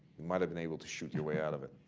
might have been able to shoot your way out of it.